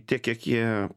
tiek kiek jie